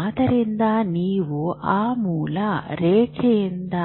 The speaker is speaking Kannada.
ಆದ್ದರಿಂದ ನೀವು ಆ ಮೂಲ ರೇಖೆಯಿಂದ